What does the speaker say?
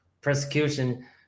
persecution